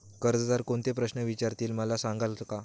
कर्जदार कोणते प्रश्न विचारतील, मला सांगाल का?